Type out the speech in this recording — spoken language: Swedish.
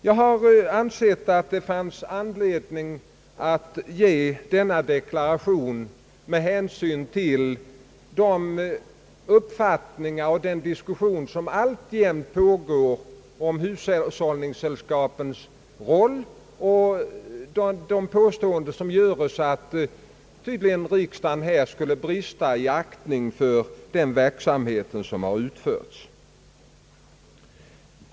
Jag har ansett att det fanns anledning att avge denna deklaration med hänsyn till de uppfattningar som kommit till uttryck och den diskussion som alltjämt pågår om hushållningssällskapens roll samt de påståenden som göres att riksdagen tydligen här skulle brista i aktning för den verksamhet som utförts.